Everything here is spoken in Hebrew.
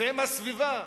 ועם הסביבה,